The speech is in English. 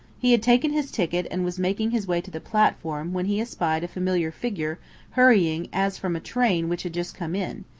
he had taken his ticket and was making his way to the platform when he espied a familiar figure hurrying as from a train which had just come in,